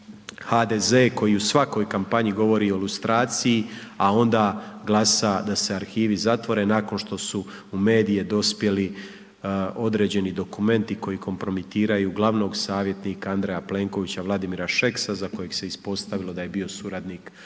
HDZ koji u svakoj kampanji govori o lustraciji, a onda glasa da se arhivi zatvore nakon što su medije dospjeli određeni dokumenti koji kompromitiraju glavnog savjetnika Andreja Plenkovića, Vladimira Šeksa za kojeg se ispostavilo da je bio suradnik UDBE